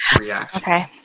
Okay